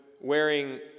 wearing